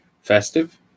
Festive